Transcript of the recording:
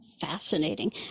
Fascinating